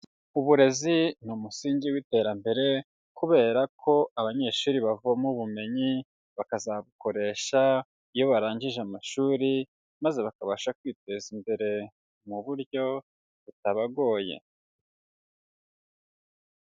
Uburezi ni umusingi w'iterambere kubera ko abanyeshuri bavoma ubumenyi, bakazabukoresha iyo barangije amashuri, maze bakabasha kwiteza imbere mu buryo butabagoye.